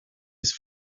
his